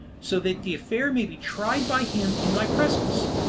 so that the affair may be tried by him in my presence.